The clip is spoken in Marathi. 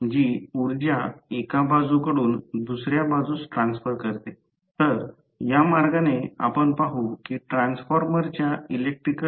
मी सुचवितो की प्रयोगशाळेत ओपन इंडक्शन मशीन पहा निश्चितपणे तेथेच असावे